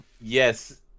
yes